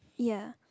ya